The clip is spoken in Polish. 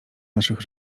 naszych